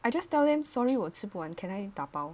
I just tell them sorry 我吃不完 can I 打包